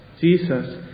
Jesus